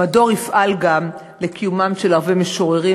המדור יפעל גם לקיומם של ערבי משוררים,